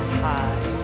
high